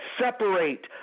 separate